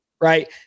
Right